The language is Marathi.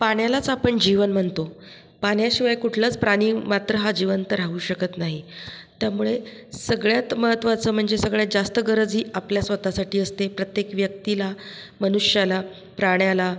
पाण्यालाच आपण जीवन म्हणतो पाण्याशिवाय कुठलाच प्राणिमात्र हा जिवंत राहू शकत नाही त्यामुळे सगळ्यात महत्त्वाचं म्हणजे सगळ्यात जास्त गरज ही आपल्या स्वत साठी असते प्रत्येक व्यक्तीला मनुष्याला प्राण्याला